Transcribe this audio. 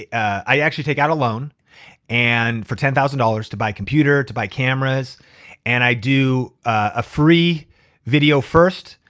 yeah i actually take out a loan and for ten thousand dollars to buy a computer to buy cameras and i do a free video first.